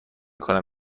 کنم